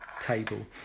table